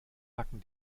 tacken